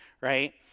right